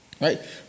Right